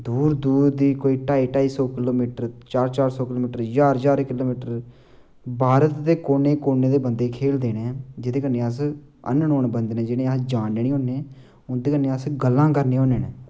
दूर दूर दी कोई ढाई ढाई सौ किलो मीटर चार चार सौ किलो मीटर ज्हार ज्हार किलो मीटर भारत दे कोने कोने दे बंदे खेलदे न जेह्दे कन्नै अस अननाउन बंदे जि'नेंगी अस जानने नेईं होन्ने उं'दे कन्नै अस गल्लां करने होन्ने न